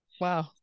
Wow